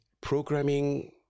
programming